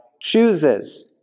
chooses